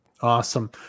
Awesome